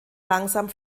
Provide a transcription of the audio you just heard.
langsam